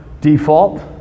default